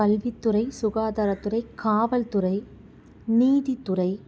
கல்வித்துறை சுகாதாரத்துறை காவல்துறை நீதித்துறை